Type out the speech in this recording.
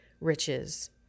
riches